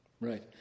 Right